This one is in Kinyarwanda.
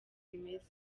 bimeze